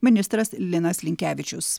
ministras linas linkevičius